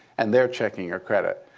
and they're checking your credit.